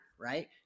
right